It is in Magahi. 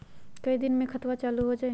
कई दिन मे खतबा चालु हो जाई?